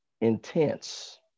intense